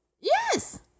Yes